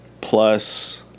plus